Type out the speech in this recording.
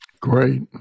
Great